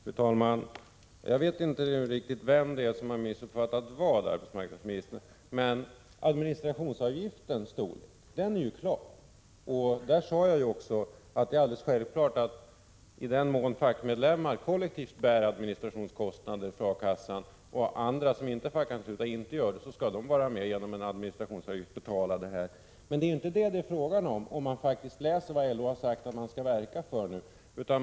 Fru talman! Jag vet inte riktigt vem det är som har missuppfattat vad, arbetsmarknadsministern. Men administrationsavgiftens storlek är ju klar, och därvidlag sade jag också att det är alldeles självklart att i den mån fackmedlemmar kollektivt bär administrationskostnader för A-kassan medan andra, som inte är fackanslutna, inte bär dessa administrationskostnader, så skall de senare vara med och betala en administrationsavgift. Men det är inte detta det är fråga om, ifall vi läser vad LO faktiskt har sagt att man skall verka för.